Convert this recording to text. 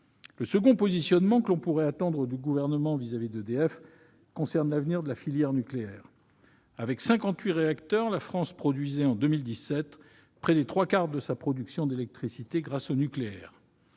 Le deuxième positionnement que l'on pourrait attendre du Gouvernement vis-à-vis d'EDF concerne l'avenir de la filière nucléaire. Avec cinquante-huit réacteurs, la France produisait en 2017 près des trois quarts de son électricité grâce au nucléaire.